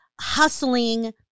hustling